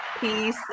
Peace